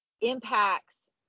impacts